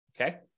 okay